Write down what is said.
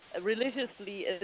religiously